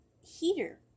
heater